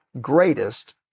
greatest